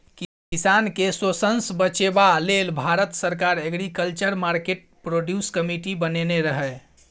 किसान केँ शोषणसँ बचेबा लेल भारत सरकार एग्रीकल्चर मार्केट प्रोड्यूस कमिटी बनेने रहय